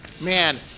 Man